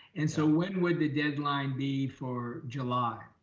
and so when would the deadline be for july